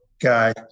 guy